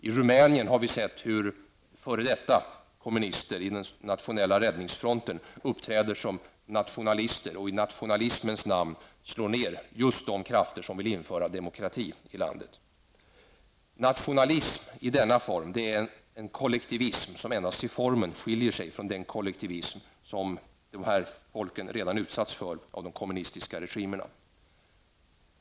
I Rumänien har vi sett hur f.d. kommunister i den nationella räddningsfronten uppträder som nationalister och i nationalismens namn slår ned just de krafter som vill införa demokrati i landet. Nationalism i denna form är en kollektivism som endast till formen skiljer sig från den kollektivism som dessa folk redan utsatts för av de kommunistiska regimerna.